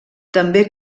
també